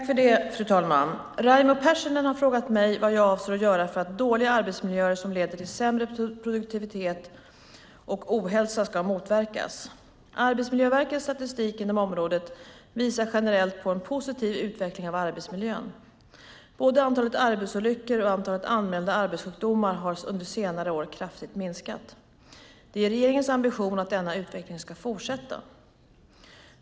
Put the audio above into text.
Fru talman! Raimo Pärssinen har frågat mig vad jag avser att göra för att dåliga arbetsmiljöer som leder till sämre produktivitet och ohälsa ska motverkas. Arbetsmiljöverkets statistik inom området visar generellt på en positiv utveckling av arbetsmiljön. Både antalet arbetsolyckor och antalet anmälda arbetssjukdomar har under senare år kraftigt minskat. Det är regeringens ambition att denna utveckling ska fortsätta.